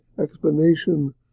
explanation